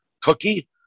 cookie